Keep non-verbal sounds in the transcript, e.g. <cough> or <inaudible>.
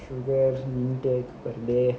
<laughs>